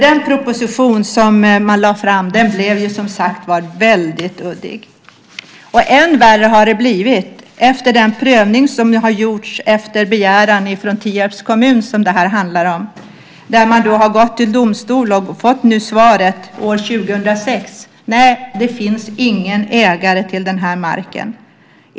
Den proposition som regeringen lade fram blev väldigt luddig. Än värre har det blivit efter den prövning som gjordes efter begäran från Tierps kommun. Man har gått till domstol och fått svaret nu år 2006: Nej, det finns ingen ägare till den här marken.